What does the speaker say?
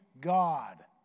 God